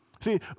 See